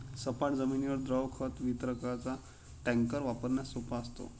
सपाट जमिनीवर द्रव खत वितरकाचा टँकर वापरण्यास सोपा असतो